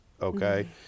okay